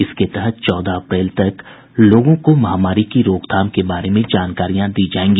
इसके तहत चौदह अप्रैल तक लोगों को महामारी की रोकथाम के बारे में जानकारियां दी जायेंगी